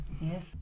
Yes